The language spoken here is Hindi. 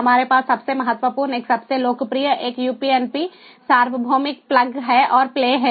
हमारे पास सबसे महत्वपूर्ण एक सबसे लोकप्रिय एक UPnP सार्वभौमिक प्लग और प्ले है